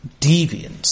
deviance